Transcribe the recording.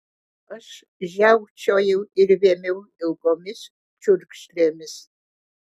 aš žiaukčiojau ir vėmiau ilgomis čiurkšlėmis